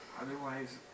Otherwise